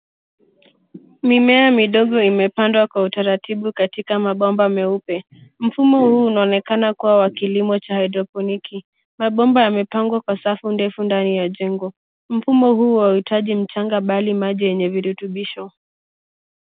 Mimea midogo imepandwa kwa utaratibu katika mabomba meupe, mfumo huu unaonekana kuwa wa kilimo cha hydroponics . Mabomba yamepangwa kwa safu ndefu ndani ya jengo. Mfumo huu hauihitaji mchanga bali maji yenye virutubisho.